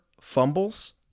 fumbles